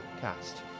cast